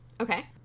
Okay